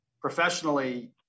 professionally